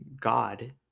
God